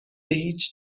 هیچ